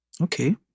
okay